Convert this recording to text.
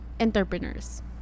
entrepreneurs